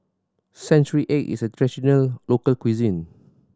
century egg is a traditional local cuisine